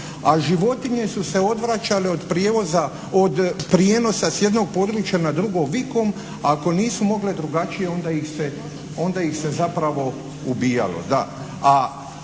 a životinje su se odvraćale od prijevoza, od prijenosa s jednog područja na drugo vikom, ako nisu mogli drugačije onda ih se zapravo ubijalo,